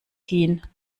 hin